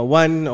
one